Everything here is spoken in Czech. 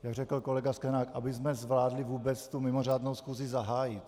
Jak řekl kolega Sklenák abychom zvládli vůbec tu mimořádnou schůzi zahájit.